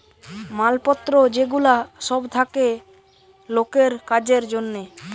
মাল পত্র যে গুলা সব থাকে লোকের কাজের জন্যে